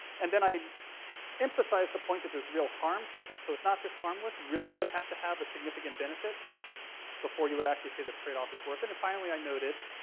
and then i emphasized the point that there's real harms with it. so it's not just harmless. you really would have to have a significant benefit before you would say this trade-off is worth and it. finally i noted,